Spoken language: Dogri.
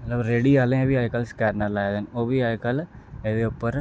मतलब रेह्ड़ी आह्लें बी अज्ज कल स्कैनर लाए दे न ओह् बी अज्ज कल एह्दे उप्पर